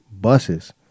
buses